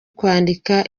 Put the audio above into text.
kwandika